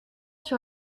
sur